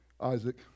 Isaac